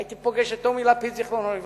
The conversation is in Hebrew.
הייתי פוגש את טומי לפיד, זיכרונו לברכה,